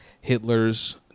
Hitler's